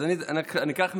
אז אני אקח משניהם,